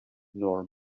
nor